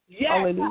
Yes